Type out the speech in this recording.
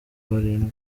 barindwi